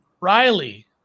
Riley